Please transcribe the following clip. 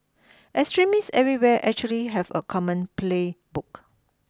extremists everywhere actually have a common playbook